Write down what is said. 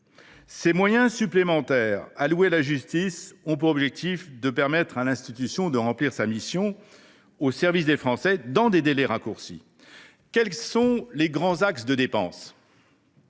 Ces moyens supplémentaires alloués à la justice ont pour objectif de permettre à l’institution de remplir sa mission, au service des Français, dans des délais raccourcis. Quels sont les grands axes de dépenses ?